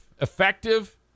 effective